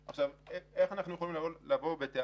אני מבקש מכל הדוברים שיהיו כאן באמת